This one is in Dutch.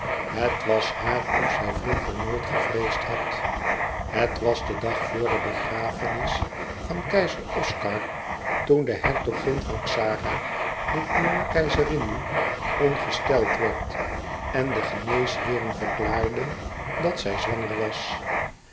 het was haar of zij vroeger noit gevreesd had het was de dag vor de begrafenis van keizer oscar toen de hertogin van xara de jonge keizerin nu ongesteld werd en de geneesheeren verklaarden dat zij zwanger was